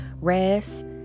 rest